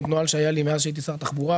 עוד נוהל שהיה לי מאז שהייתי שר תחבורה,